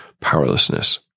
powerlessness